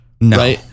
no